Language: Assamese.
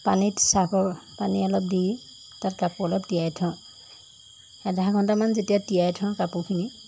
পানীত ছাৰ্ফৰ পানী অলপ দি তাত কাপোৰ অলপ তিয়াই থওঁ আধা ঘণ্টামান যেতিয়া তিয়াই থওঁ কাপোৰখিনি